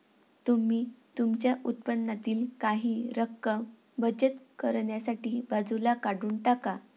तुम्ही तुमच्या उत्पन्नातील काही रक्कम बचत करण्यासाठी बाजूला काढून टाका